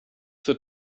zur